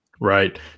Right